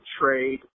trade